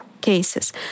cases